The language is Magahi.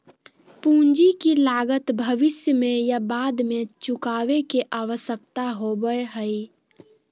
पूंजी की लागत भविष्य में या बाद में चुकावे के आवश्यकता होबय हइ